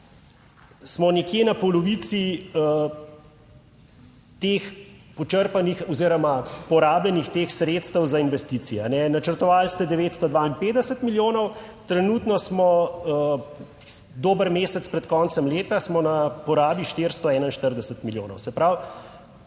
smo nekje na polovici teh počrpanih oziroma porabljenih sredstev za investicije. Načrtovali ste 952 milijonov, trenutno smo dober mesec pred koncem leta, smo na porabi 441 milijonov.